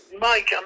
Mike